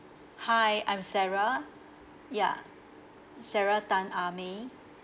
hi I'm sarah yeah sarah tan ah mei